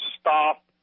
stop